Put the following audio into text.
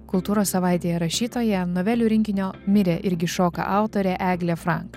kultūros savaitėje rašytoja novelių rinkinio mirė irgi šoka autorė eglė frank